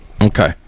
Okay